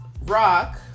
Rock